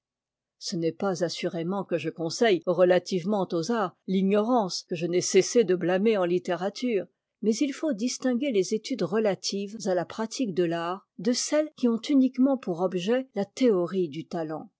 ce n'est pas assurément que je conseille relativement aux arts l'ignorance que je n'ai cessé de blâmer en littérature mais il faut distinguer les études relatives à la pratique de l'art de celles qui ont uniquement pour objet la théorie du talent